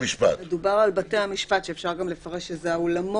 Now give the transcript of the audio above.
מדובר על בתי המשפט, שאפשר גם לפרש שזה האולמות.